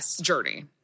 journey